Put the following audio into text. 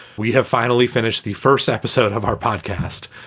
we have finally finished the first episode of our podcast.